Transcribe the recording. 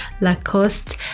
Lacoste